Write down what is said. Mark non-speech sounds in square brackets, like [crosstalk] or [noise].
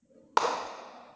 [noise]